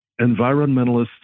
Environmentalists